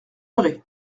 vrai